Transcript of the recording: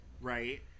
right